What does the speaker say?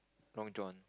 Long John